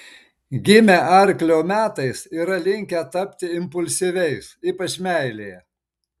gimę arklio metais yra linkę tapti impulsyviais ypač meilėje